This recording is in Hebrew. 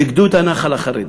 בגדוד הנח"ל החרדי,